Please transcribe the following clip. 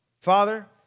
Father